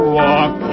walk